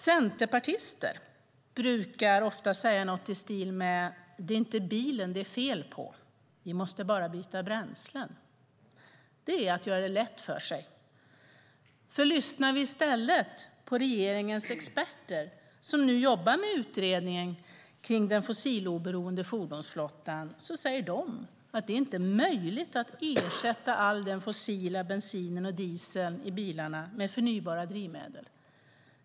Centerpartister brukar ofta säga något i stil med att det inte är bilen det är fel på utan att vi bara måste byta bränslen. Det är att göra det lätt för sig. Lyssnar vi i stället på regeringens experter som nu jobbar med utredningen kring den fossiloberoende fordonsflottan får vi veta att det inte är möjligt att ersätta all den fossila bensinen och dieseln i bilarna med förnybara drivmedel.